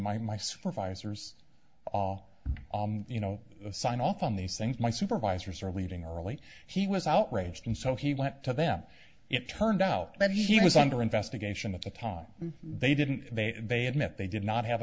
my my supervisors are you know signed off on these things my supervisors are leaving early he was outraged and so he went to them it turned out that he was under investigation the time they didn't they they admit they did not have